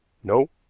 no,